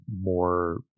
more